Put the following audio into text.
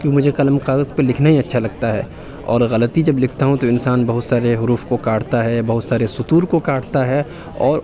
کہ وہ مجھے قلم کاغذ پہ لکھنا ہی اچھا لگتا ہے اور غلطی جب لکھتا ہوں تو انسان بہت سارے حروف کو کاٹتا ہے بہت سارے سطور کو کاٹتا ہے اور